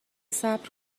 صبر